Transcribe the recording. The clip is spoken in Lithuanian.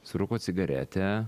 surūko cigaretę